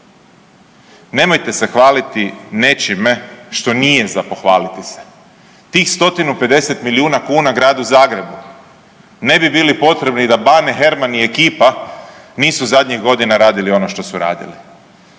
Nemojte se hvalite nečime što nije za pohvaliti se. Tih 150 milijuna kuna Gradu Zagrebu ne bi bili potrebni da Bane Herman i ekipa nisu zadnjih godina radili ono što su radili.